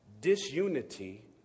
Disunity